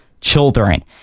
children